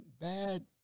bad